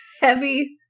Heavy